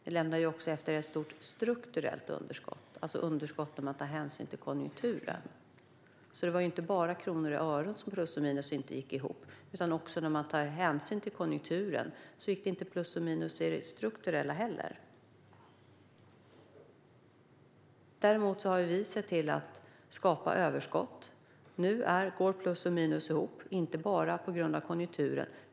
Ni lämnade också efter er ett stort strukturellt underskott, det vill säga ett underskott när man tar hänsyn till konjunkturen. Inte heller där gick alltså plus och minus ihop. Däremot har vi sett till att skapa överskott. Nu går plus och minus ihop, inte bara på grund av konjunkturen.